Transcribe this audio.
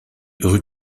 rue